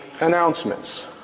announcements